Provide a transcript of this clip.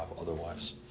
otherwise